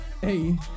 Hey